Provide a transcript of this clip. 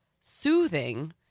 soothing